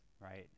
right